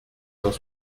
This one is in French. cent